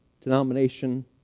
denomination